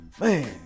Man